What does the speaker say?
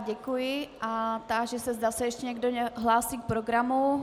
Děkuji a táži se, zda se ještě někdo další hlásí k programu.